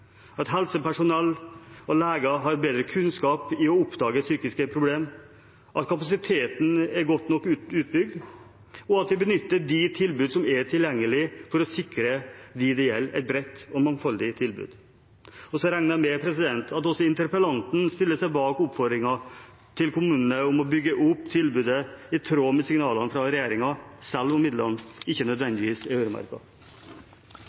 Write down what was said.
at helsepersonell og leger har bedre kunnskap i å oppdage psykiske problemer, at kapasiteten er godt nok utbygd, og at vi benytter de tilbudene som er tilgjengelig, for å sikre dem det gjelder, et bredt og mangfoldig tilbud. Så regner jeg med at også interpellanten stiller seg bak oppfordringen til kommunene om å bygge opp tilbudet i tråd med signalene fra regjeringen, selv om midlene ikke